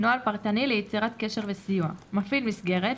"נוהל פרטני ליצירת קשר וסיוע 7. מפעיל מסגרת,